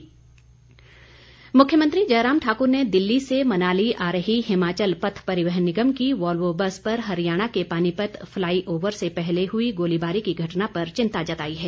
मुख्यमंत्री वक्तव्य मुख्यमंत्री जयराम ठाकुर ने दिल्ली से मनाली आ रही हिमाचल पथ परिवहन निगम की वाल्वो बस पर हरियाणा के पानीपत फ्लाई ओवर से पहले हुई गोलाबारी की घटना पर चिंता जताई है